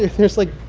there's, like,